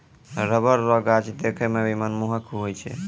rubber रो गाछ देखै मे भी मनमोहक हुवै छै